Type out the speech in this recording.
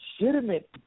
legitimate